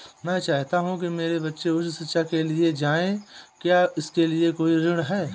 मैं चाहता हूँ कि मेरे बच्चे उच्च शिक्षा के लिए जाएं क्या इसके लिए कोई ऋण है?